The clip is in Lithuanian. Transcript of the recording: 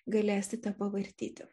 galėsite pavartyti